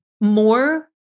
more